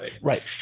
Right